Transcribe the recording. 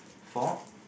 for